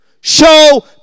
Show